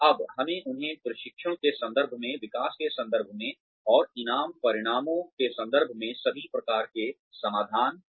अब हमें उन्हें प्रशिक्षण के संदर्भ में विकास के संदर्भ में और इनाम परिणामों के संदर्भ में सभी प्रकार के संसाधन दे